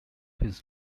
his